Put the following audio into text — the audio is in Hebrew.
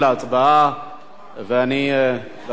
ואני אבקש מכולם לשבת.